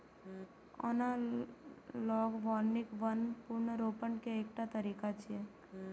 analogue वानिकी वन पुनर्रोपण के एकटा तरीका छियै